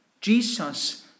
Jesus